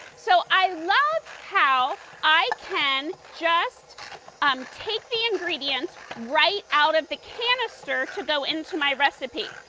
so, i love how i can just um take the ingredients right out of the canister to go into my recipe,